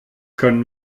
können